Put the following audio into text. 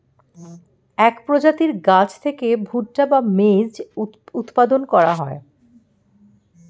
এক প্রজাতির গাছ থেকে ভুট্টা বা মেজ উৎপন্ন হয়